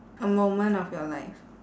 a moment of your life